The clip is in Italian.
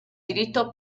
diritto